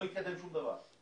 לא יתקדם שום דבר.